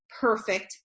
perfect